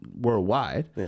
worldwide